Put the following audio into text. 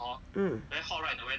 mm